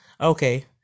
Okay